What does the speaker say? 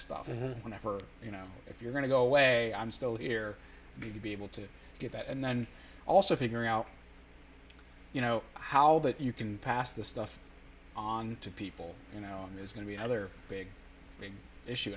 stuff whenever you know if you're going to go away i'm still here me to be able to get that and then also figuring out you know how that you can pass this stuff on to people you know it's going to be another big big issue